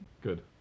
Good